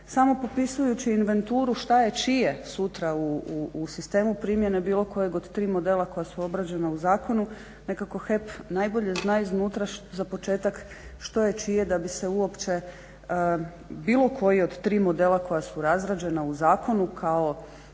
samo popisujući inventuru šta je čije sutra u sistemu primjene bilo kojeg od tri modela koja su obrađena u zakonu nekako HEP najbolje zna iznutra za početak što je čije da bi se uopće bilo koji od tri modela koja su razrađena u zakonu kao